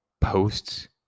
posts